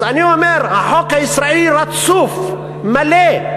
אז אני אומר: החוק הישראלי רצוף, מלא,